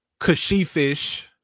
Kashifish